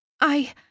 I-